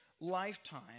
lifetime